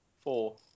four